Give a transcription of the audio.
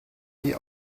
die